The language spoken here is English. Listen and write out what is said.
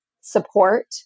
support